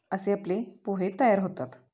असे आपले पोहे तयार होतात